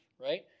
right